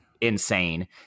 insane